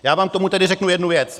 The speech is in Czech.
Já vám k tomu tedy řeknu jednu věc.